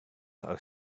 are